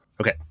Okay